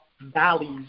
valleys